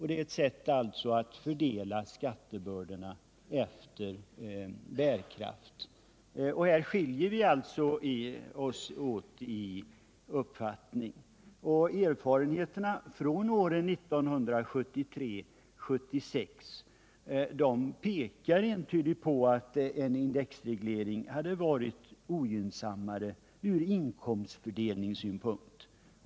Det är ett sätt att fördela skattebördorna efter bärkraft. Här skiljer vi oss alltså åt i uppfattning. | Erfarenheterna från åren 1973 till 1976 pekar entydigt på att en indexreglering hade varit ogynnsammare från inkomstfördelningssynpunkt.